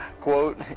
quote